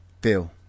Bill